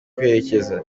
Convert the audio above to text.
kwerekeza